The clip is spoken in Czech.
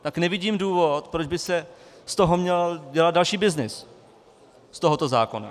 Tak nevidím důvod, proč by se z toho měl dělat další byznys, z tohoto zákona.